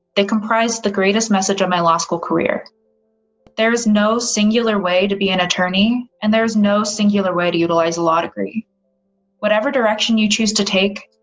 they comprised the greatest message of my law school career there is no singular way to be an attorney and there's no singular way to utilize a law degree whatever direction you choose to take,